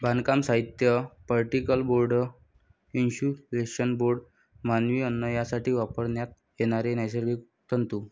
बांधकाम साहित्य, particle board, insulation board, मानवी अन्न यासाठी वापरण्यात येणारे नैसर्गिक तंतू